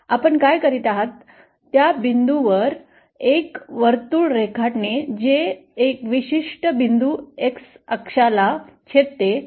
आपण काय करीत आहात त्या बिंदूवर एक वर्तुळ रेखाटणे जे एका विशिष्ट बिंदूवर X अक्षाला छेदते